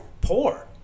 Poor